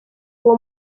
uwo